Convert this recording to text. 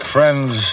Friends